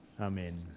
Amen